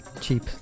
Cheap